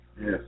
Yes